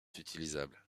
utilisables